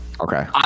Okay